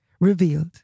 revealed